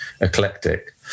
eclectic